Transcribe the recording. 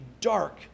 dark